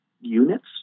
units